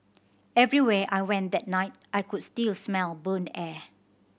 everywhere I went that night I could still smell burnt air